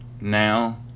Now